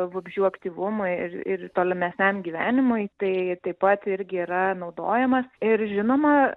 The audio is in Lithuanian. vabzdžių aktyvumui ir ir tolimesniam gyvenimui tai taip pat irgi yra naudojamas ir žinoma